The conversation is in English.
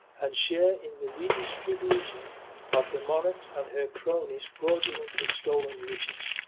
and share in the redistribution of the monarch's and her cronies' fraudulently stolen riches.